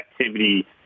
activity